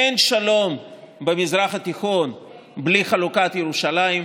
אין שלום במזרח התיכון בלי חלוקת ירושלים,